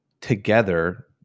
together